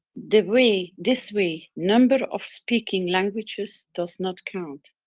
the way. this way number of speaking languages does not count,